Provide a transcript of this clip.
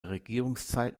regierungszeit